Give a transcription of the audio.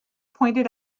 pointed